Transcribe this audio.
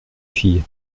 fille